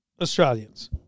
Australians